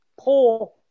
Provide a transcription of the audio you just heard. pull